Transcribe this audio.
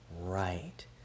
right